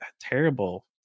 terrible